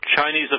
Chinese